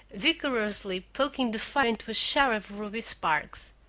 vigorously poking the fire into a shower of ruby sparks.